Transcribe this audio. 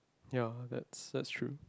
ya that's that's true